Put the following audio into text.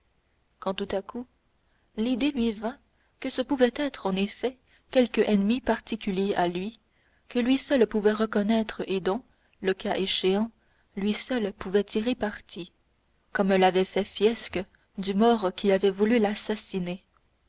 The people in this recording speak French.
quand tout à coup l'idée lui vint que ce pouvait être en effet quelque ennemi particulier à lui que lui seul pouvait reconnaître et dont le cas échéant lui seul pouvait tirer parti comme avait fait fiesque du maure qui avait voulu l'assassiner